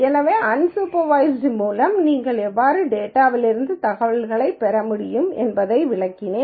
எனவே அன்சூப்பர்வய்ஸ்ட் மூலம் நீங்கள் எவ்வாறு டேட்டாவிலிருந்து தகவல்களை பெற முடியும் என்பதை விளக்கினேன்